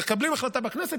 מקבלים החלטה בכנסת,